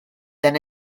than